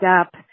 up